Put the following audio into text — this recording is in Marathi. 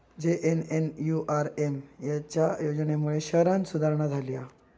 जे.एन.एन.यू.आर.एम च्या योजनेमुळे शहरांत सुधारणा झाली हा